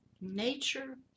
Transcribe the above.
nature